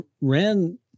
ran